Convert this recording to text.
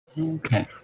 Okay